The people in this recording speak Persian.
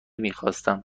میخواستم